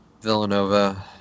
Villanova